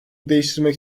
değiştirmek